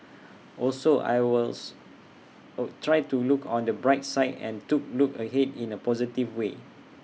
also I wills oh try to look on the bright side and to look ahead in A positive way